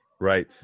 Right